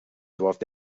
doivent